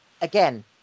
again